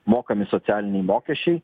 mokami socialiniai mokesčiai